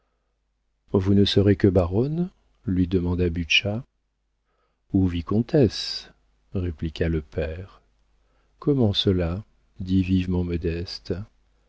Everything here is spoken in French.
vous ne serez que baronne lui demanda butscha ou vicomtesse répliqua le père comment cela dit vivement modeste